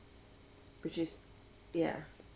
which is ya